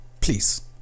Please